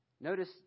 Notice